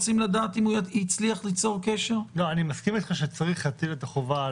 טלפון: מיופה הכוח יודע ששמו נמצא אצלכם,